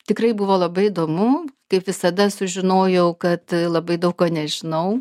tikrai buvo labai įdomu kaip visada sužinojau kad labai daug ko nežinau